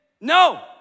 No